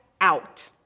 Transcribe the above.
out